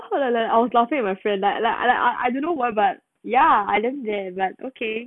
how like like I was laughing at my friend like like I I dunno why but ya then they but okay